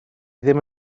ddim